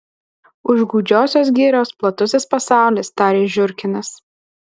už gūdžiosios girios platusis pasaulis tarė žiurkinas